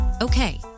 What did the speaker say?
Okay